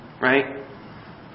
Right